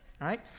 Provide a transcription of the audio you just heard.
right